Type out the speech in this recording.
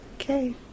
Okay